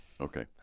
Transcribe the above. Okay